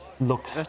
Looks